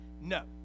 No